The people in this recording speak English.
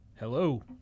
Hello